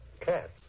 Cats